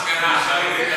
מה המסקנה?